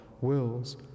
wills